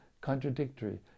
contradictory